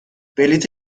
بلیط